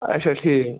آچھا ٹھیٖک